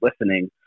listening